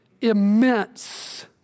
immense